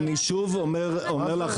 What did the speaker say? אני שוב אומר לך,